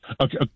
Okay